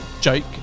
Jake